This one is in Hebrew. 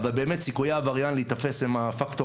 אבל באמת סיכויי עבריין להיתפס הם הפקטור